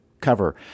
cover